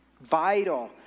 vital